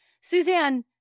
Suzanne